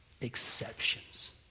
exceptions